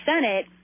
Senate